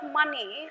money